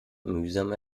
mühsam